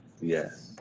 Yes